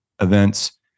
events